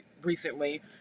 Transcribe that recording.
recently